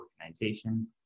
organization